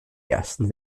ersten